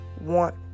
want